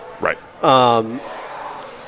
Right